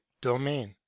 domain